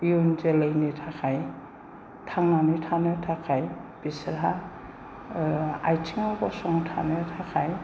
इयुन जोलैनि थाखाय थांनानै थानो थाखाय बिसोरहा आथिङाव गसंथानो थाखाय